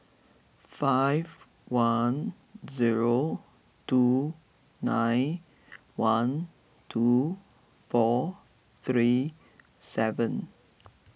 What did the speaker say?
five one zero two nine one two four three seven